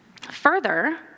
Further